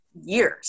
years